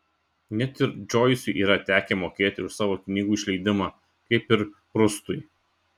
net ir džoisui yra tekę mokėti už savo knygų išleidimą kaip ir prustui